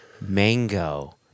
mango